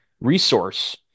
resource